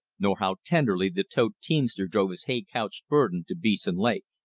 nor how tenderly the tote teamster drove his hay-couched burden to beeson lake.